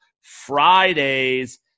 Fridays